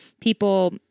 people